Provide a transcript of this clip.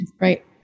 Right